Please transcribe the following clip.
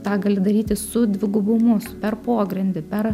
tą gali daryti su dvigubumu su per pogrindį per